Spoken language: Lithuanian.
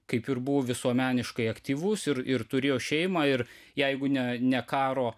kaip ir buvo visuomeniškai aktyvus ir ir turėjo šeimą ir jeigu ne ne karo